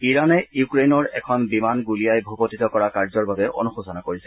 ইৰানে ইউক্ৰেইনৰ এখন বিমান গুলীয়াই ভূপতিত কৰা কাৰ্যৰ বাবে অনুশোচনা কৰিছে